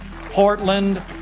Portland